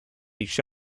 each